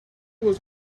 was